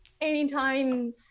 anytime